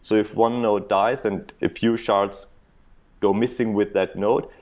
so if one node dies and a few shards go missing with that node,